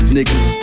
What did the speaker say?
niggas